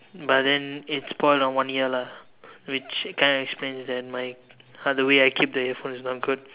but then it spoiled on one year lah which kind of explains my how the way I keep the earphones is no good